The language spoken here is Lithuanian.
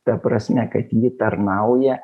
ta prasme kad ji tarnauja